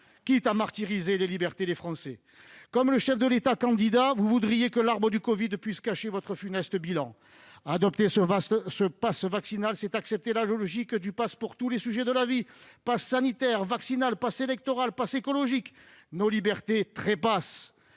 quitte à martyriser les libertés des Français. Comme le chef de l'État candidat, vous voudriez que l'arbre de la covid puisse cacher votre funeste bilan. Adopter ce passe vaccinal, c'est accepter la logique du passe dans tous les domaines de la vie : passe sanitaire, passe vaccinal, passe électoral, passe écologique ! Nos libertés trépassent